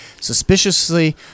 suspiciously